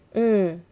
mm